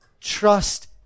Trust